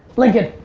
lincoln,